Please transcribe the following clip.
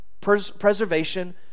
preservation